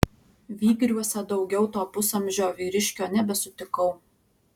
vygriuose daugiau to pusamžio vyriškio nebesutikau